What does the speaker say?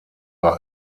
war